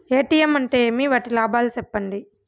ATM అంటే ఏమి? వాటి లాభాలు సెప్పండి?